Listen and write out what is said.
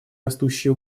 растущей